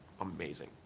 amazing